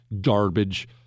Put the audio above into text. garbage